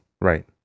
Right